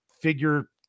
figure